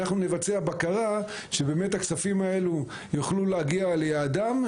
אנחנו נבצע בקרה שבאמת הכספים האלה יוכלו להגיע ליעדם,